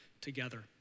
Together